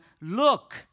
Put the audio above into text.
look